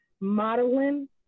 modeling